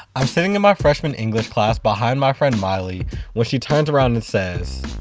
i'm sitting in my freshman english class behind my friend miley when she turns around and says,